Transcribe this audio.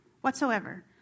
whatsoever